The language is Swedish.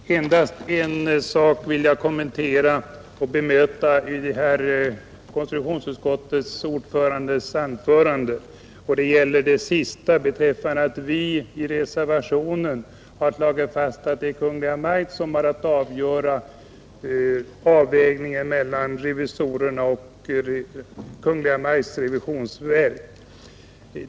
Herr talman! Jag skall endast bemöta vad utskottets ordförande sade om att vi i reservationen slagit fast att det är Kungl. Maj:t som har att göra avvägningen mellan riksdagsrevisorerna och Kungl. Maj:ts revisionsverk.